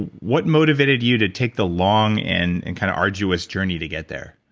what motivated you to take the long and and kind of arduous journey to get there?